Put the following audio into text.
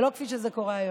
ולא כפי שזה קורה היום.